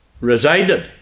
resided